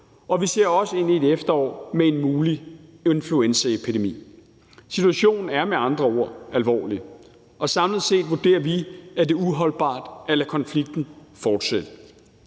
og vi ser også ind i et efterår med en mulig influenzaepidemi. Situationen er med andre ord alvorlig, og samlet set vurderer vi, at det er uholdbart at lade konflikten fortsætte.